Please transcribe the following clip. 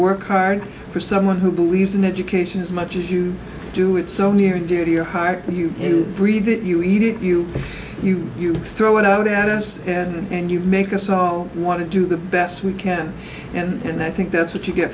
work hard for someone who believes in education as much as you do it so near and dear to your heart you breathe it you eat it you you you throw it out at us and you make us all want to do the best we can and i think that's what you get